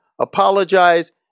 apologize